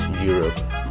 Europe